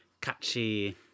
catchy